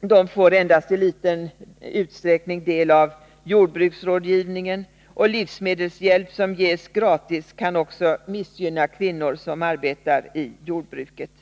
de får endast iliten utsträckning del av jordbruksrådgivningen, och livsmedelshjälp som ges gratis kan också missgynna kvinnor som arbetar i jordbruket.